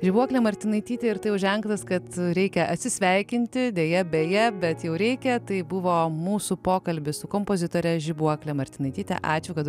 žibuoklė martinaitytė ir tai jau ženklas kad reikia atsisveikinti deja beje bet jau reikia tai buvo mūsų pokalbis su kompozitore žibuokle martinaityte ačiū kad